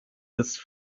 des